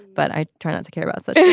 but i try not to care about so yeah